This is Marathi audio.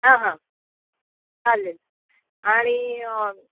हां हां चालेल आणि